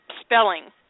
spelling